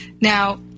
Now